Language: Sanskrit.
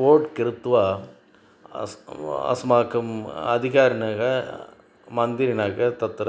ओट् कृत्वा अस् अस्माकम् अधिकाः मन्दिराः तत्र